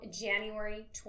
January